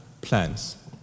plans